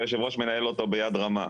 היושב-ראש מנהל אותו ביד רמה.